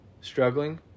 struggling